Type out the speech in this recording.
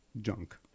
junk